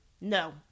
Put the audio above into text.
No